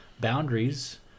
Boundaries